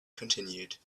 continued